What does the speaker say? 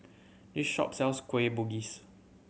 this shop sells Kueh Bugis